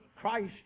Christ